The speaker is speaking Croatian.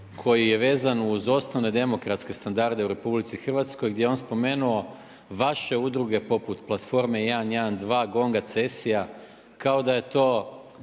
koji je vezan uz osnovne demokratske standarde u RH, gdje on spomenuo vaše udruge poput Platforme 112, GONG-a, Cesija, kao da je to